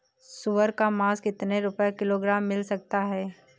सुअर का मांस कितनी रुपय किलोग्राम मिल सकता है?